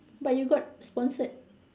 but you got sponsored